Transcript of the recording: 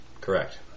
Correct